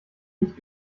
nicht